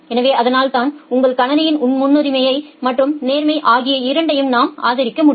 எனவே அதனால்தான் உங்கள் கணினியில் முன்னுரிமை மற்றும் நேர்மை ஆகிய இரண்டையும் நாம் ஆதரிக்க முடியும்